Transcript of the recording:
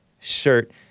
shirt